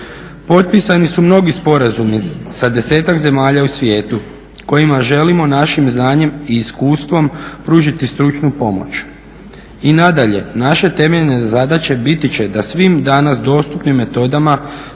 Potpisani su mnogi sporazumi sa 10-ak zemalja u svijetu kojima želimo našim znanjem i iskustvom pružit stručnu pomoć. I nadalje, naše temeljne zadaće biti će da svim danas dostupnim metodama